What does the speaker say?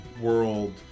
world